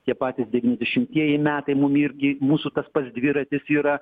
tie patys devyniasdešimtieji metai mum irgi mūsų tas pats dviratis yra